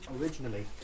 originally